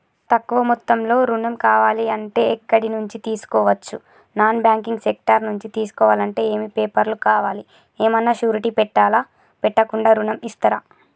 తక్కువ మొత్తంలో ఋణం కావాలి అంటే ఎక్కడి నుంచి తీసుకోవచ్చు? నాన్ బ్యాంకింగ్ సెక్టార్ నుంచి తీసుకోవాలంటే ఏమి పేపర్ లు కావాలి? ఏమన్నా షూరిటీ పెట్టాలా? పెట్టకుండా ఋణం ఇస్తరా?